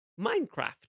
Minecraft